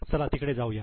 चला तिकडे जाऊया